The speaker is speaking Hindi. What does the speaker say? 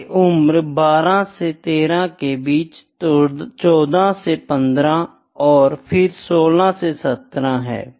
ये उम्र 12 से 13 के बीच 14 से 15 और फिर 16 से 17 है